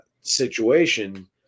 situation